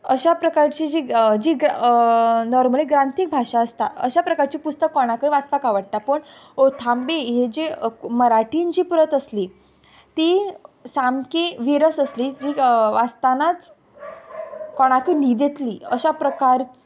अशा प्रकारची जी जी ग नॉर्मली ग्रांथीक भाशा आसता अशा प्रकारचें पुस्तक कोणाकय वाचपाक आवडटा पूण ओथांबे हें जें मराठीन जी प्रत आसली ती सामकी विरस आसली ती वाचतानाच कोणाकूय न्हीद येतली अशा प्रकारच